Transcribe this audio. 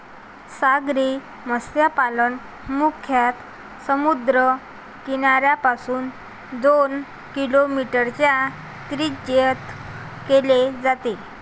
सागरी मत्स्यपालन मुख्यतः समुद्र किनाऱ्यापासून दोन किलोमीटरच्या त्रिज्येत केले जाते